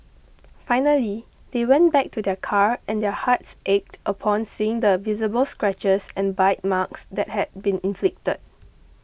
finally they went back to their car and their hearts ached upon seeing the visible scratches and bite marks that had been inflicted